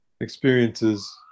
experiences